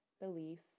belief